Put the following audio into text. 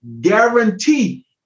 guarantee